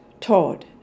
Todd